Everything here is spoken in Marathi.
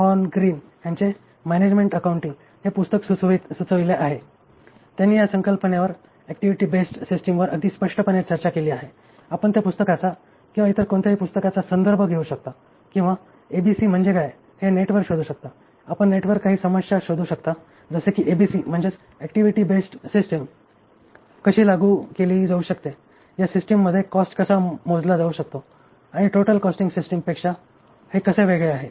हॉर्न ग्रीन यांचे मॅनेजमेंट अकाउंटिंग हे पुस्तक सुचविले आहे त्यांनी या संकल्पनेवर ऍक्टिव्हिटी बेस्ड सिस्टिमवर अगदी स्पष्टपणे चर्चा केली आहे आपण त्या पुस्तकाचा किंवा इतर कोणत्याही पुस्तकाचा संदर्भ घेऊ शकता किंवा आपण एबीसी म्हणजे काय हे नेटवर शोधू शकता आपण नेटवर काही समस्या शोधू शकता जसे की एबीसी म्हणजेच ऍक्टिव्हिटी बेस्ड सिस्टिम कशी लागू केली जाऊ शकते या सिस्टिममध्ये कॉस्ट कसा मोजला जाऊ शकतो आणि टोटल कॉस्टिंग सिस्टिम पेक्षा हे कसे वेगळे आहे